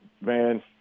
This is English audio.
man